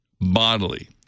bodily